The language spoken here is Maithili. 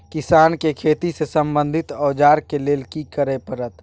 किसान के खेती से संबंधित औजार के लेल की करय परत?